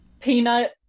Peanut